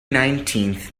nineteenth